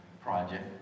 project